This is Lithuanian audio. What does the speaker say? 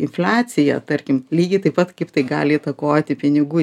infliaciją tarkim lygiai taip pat kaip tai gali įtakoti pinigų